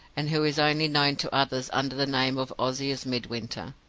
and who is only known to others under the name of ozias midwinter.